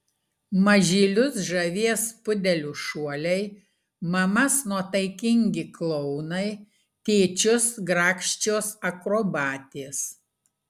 mažylius žavės pudelių šuoliai mamas nuotaikingi klounai tėčius grakščios akrobatės